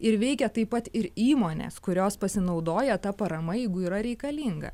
ir veikia taip pat ir įmonės kurios pasinaudoja ta parama jeigu yra reikalinga